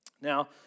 Now